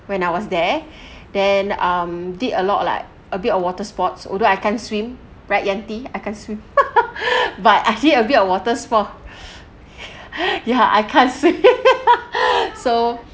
when I was there then um did a lot like a bit of water sports although I can't swim right Yanti I can't swim but I a bit of water sport her ya I can't swim so